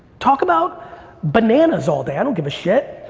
talk about bananas all day i don't give a shit.